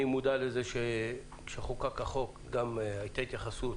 אני מודע לזה שכאשר חוקק החוק גם הייתה התייחסות